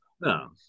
no